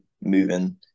moving